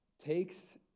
takes